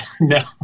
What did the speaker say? No